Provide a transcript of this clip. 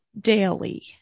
daily